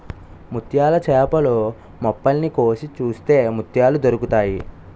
ముత్యాల చేపలు మొప్పల్ని కోసి చూస్తే ముత్యాలు దొరుకుతాయి